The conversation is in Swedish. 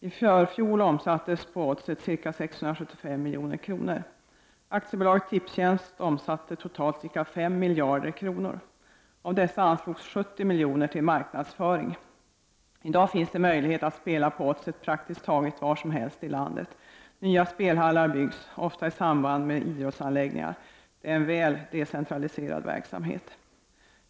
I förfjol omsattes på Oddset ca 675 milj.kr. AB Tipstjänst omsatte totalt ca 5 miljarder kronor. Av dessa anslogs 70 miljoner till marknadsföring. I dag finns det möjlighet att spela på Oddset praktiskt taget var som helst i landet. Nya spelhallar byggs ofta i samband med idrottsanläggningar. Det är en väl decentraliserad verksamhet.